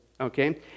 Okay